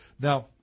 Now